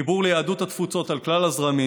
חיבור ליהדות התפוצות על כלל הזרמים,